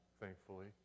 thankfully